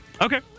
Okay